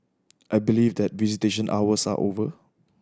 I believe that visitation hours are over